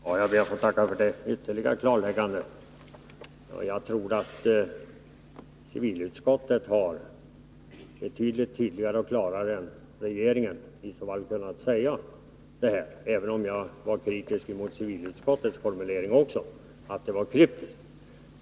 Herr talman! Jag ber att få tacka för detta ytterligare klarläggande. Jag tycker att civilutskottet har uttalat sig mycket tydligare än regeringen, men jag var kritisk även mot civilutskottets formulering, eftersom denna var kryptisk.